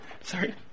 sorry